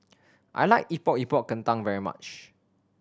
I like Epok Epok Kentang very much